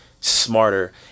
smarter